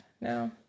No